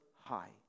high